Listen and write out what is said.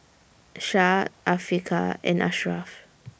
Syah Afiqah and Ashraf